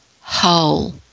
whole